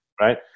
Right